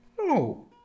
No